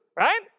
right